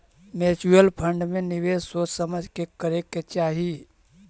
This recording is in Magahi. म्यूच्यूअल फंड में निवेश सोच समझ के करे के चाहि